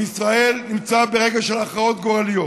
וישראל נמצאת ברגע של הכרעות גורליות.